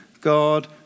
God